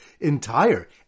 entire